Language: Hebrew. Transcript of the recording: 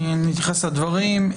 אני אתייחס לדברים.